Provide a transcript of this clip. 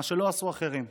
מה שלא עשו אחרים.